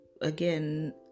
again